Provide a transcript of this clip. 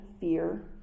fear